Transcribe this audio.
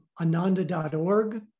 ananda.org